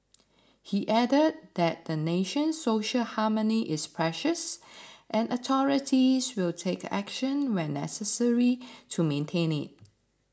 he added that the nation's social harmony is precious and authorities will take action when necessary to maintain it